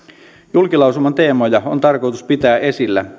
julkilausuman teemoja on tarkoitus pitää esillä